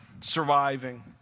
surviving